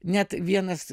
net vienas